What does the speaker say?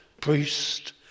priest